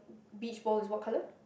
beach ball is what colour